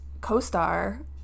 CoStar